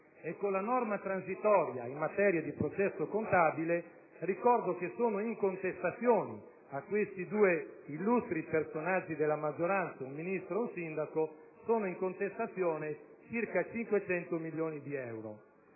Con la norma transitoria in materia di processo contabile, ricordo anche che sono in contestazione per due illustri personaggi della maggioranza - un Ministro e un sindaco - circa 500 milioni di euro.